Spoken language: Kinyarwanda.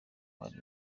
hari